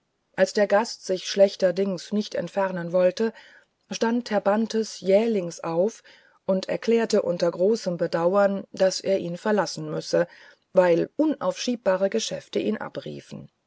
als der gast sich schlechterdings nicht entfernen wollte stand herr bantes jähling auf und erklärte unter großem bedauern daß er ihn verlassen müsse weil unaufschiebbare geschäfte ihn abriefen